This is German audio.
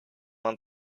man